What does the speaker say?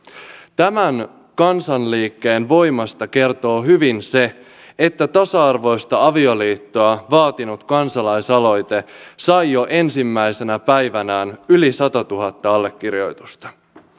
tämän kansanliikkeen voimasta kertoo hyvin se että tasa arvoista avioliittoa vaatinut kansalaisaloite sai jo ensimmäisenä päivänään yli satatuhatta allekirjoitusta